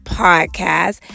podcast